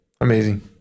Amazing